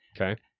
okay